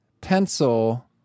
pencil